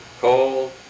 cold